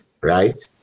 Right